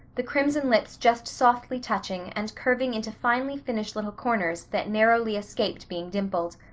the crimson lips just softly touching and curving into finely finished little corners that narrowly escaped being dimpled.